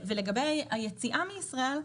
ולגבי היציאה מישראל,